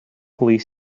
police